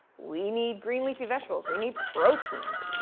we need green leafy vegetables. we need proteins.